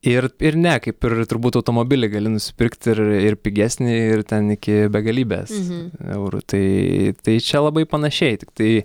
ir ir ne kaip ir turbūt automobilį gali nusipirkt ir ir pigesnį ir ten iki begalybės eurų tai tai čia labai panašiai tiktai